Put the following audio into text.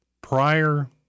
prior